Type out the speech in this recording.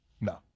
no